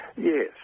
Yes